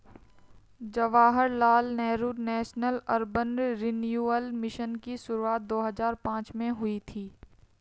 Jawaharlal Nehru national urban renewal mission की शुरुआत दो हज़ार पांच में हुई थी